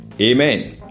Amen